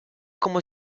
como